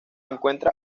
encuentra